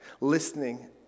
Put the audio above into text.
listening